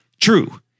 true